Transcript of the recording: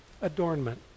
adornment